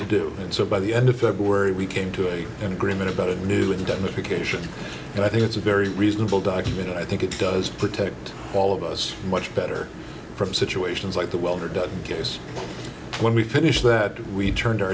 to do and so by the end of february we came to an agreement about a new indemnification and i think it's a very reasonable document and i think it does protect all of us much better from situations like the welder doesn't get us when we finish that we turned our